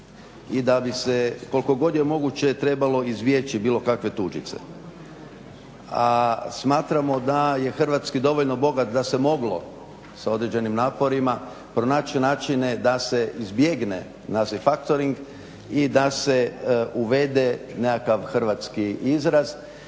i da bi se koliko god je moguće trebalo izbjeći bilo kakve tuđice. A smatramo da je hrvatski dovoljno bogat da se moglo sa određenim naporima pronaći načine da se izbjegne naziv factoring i da se uvede nekakav hrvatski izraz.